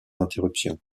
interruption